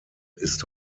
ist